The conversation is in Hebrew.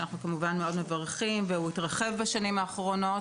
שאנחנו מברכים עליו כמובן והוא גם התרחב בשנים האחרונות,